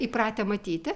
įpratę matyti